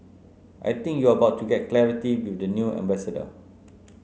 I think you are about to get clarity with the new ambassador